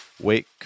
Wake